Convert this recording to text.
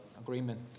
agreement